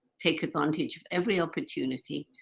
take advantage of every opportunity.